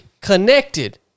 connected